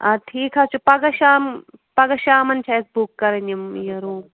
آ ٹھیٖک حظ چھُ پَگاہ شام پگاہ شامَن چھُ اسہِ بُک کَرٕنۍ یِم یہِ روٗم